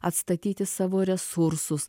atstatyti savo resursus